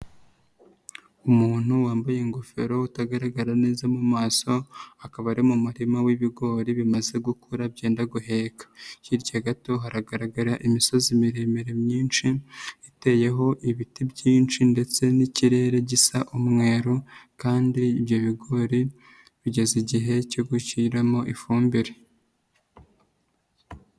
Umuntu wambaye ingofero utagaragara neza mu maso, akaba ari mu murima w'ibigori bimazekura byenda guheka, hirya gato haragaragara imisozi miremire myinshi iteyeho ibiti byinshi ndetse n'ikirere gisa umweru, kandi ibyo bigori bigeze igihe cyo gushyiramo ifumbire.